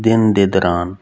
ਦਿਨ ਦੇ ਦੌਰਾਨ